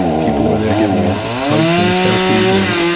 people were there giving me hugs, and selfies. and